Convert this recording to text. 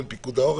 בין פיקוד העורף.